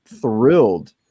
thrilled